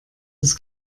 das